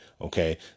Okay